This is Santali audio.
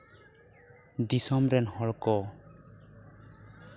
ᱫᱤᱥᱚᱢ ᱨᱮᱱ ᱦᱚᱲ ᱠᱚ